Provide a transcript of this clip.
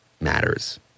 matters